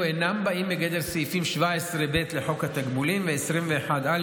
אינם באים בגדר סעיפים 17(ב) לחוק התגמולים ו-21(א)